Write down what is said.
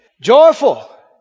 Joyful